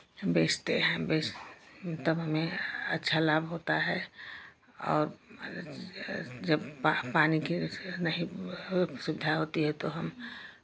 बेचते हैं बेच तब हमें अच्छा लाभ होता है और जब पानी की जैसे नहीं सुविधा होती है तो हम